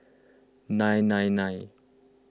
nine nine nine